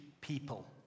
people